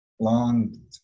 long